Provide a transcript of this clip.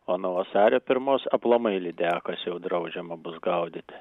o nuo vasario pirmos aplamai lydekos jau draudžiama bus gaudyti